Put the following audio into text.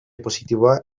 positiboa